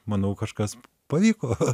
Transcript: manau kažkas pavyko